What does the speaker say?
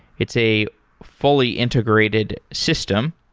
it's a fully integrated system.